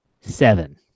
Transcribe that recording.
seven